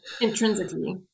intrinsically